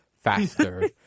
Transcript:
faster